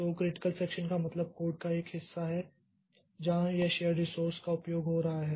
तो critical section का मतलब कोड का एक हिस्सा है जहां यह शेर्ड रीसोर्स का उपयोग हो रहा है